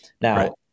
Now